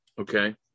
Okay